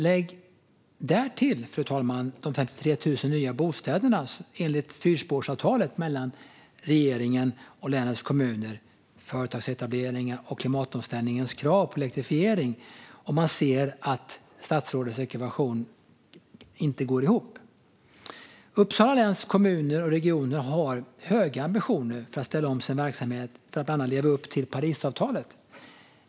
Lägg därtill, fru talman, de 33 000 nya bostäderna enligt fyrspårsavtalet mellan regeringen och länets kommuner samt företagsetableringar och klimatomställningens krav på elektrifiering. Då ser man att statsrådets ekvation inte går ihop. Uppsala läns kommuner - och regionen - har höga ambitioner för att ställa om sin verksamhet i syfte att bland annat leva upp till Parisavtalet.